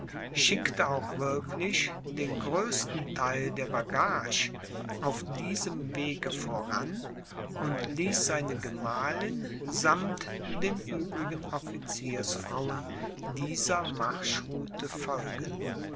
schickte auch wirklich den größten theil der bagage auf diesem wege voran und ließ seine gemahlin sammt den übrigen officiersfrauen dieser marschroute folgen